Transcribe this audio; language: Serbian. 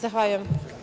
Zahvaljujem.